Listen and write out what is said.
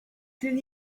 through